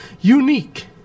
unique